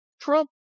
Trump